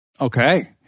Okay